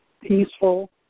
peaceful